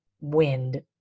wind